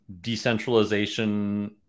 decentralization